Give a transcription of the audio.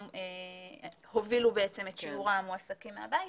הובילו את שיעור המועסקים מהבית,